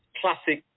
classic